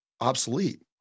obsolete